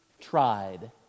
tried